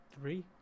Three